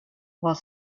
while